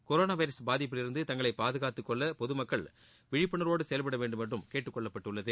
corona virus பாதிப்பில் இருந்து தங்களை பாதுகாத்துக் கொள்ள பொதுமக்கள் விழிப்புணர்வோடு செயல்பட வேண்டும் என்றும் கேட்டுக் கொள்ளப்பட்டுள்ளது